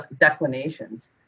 declinations